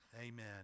Amen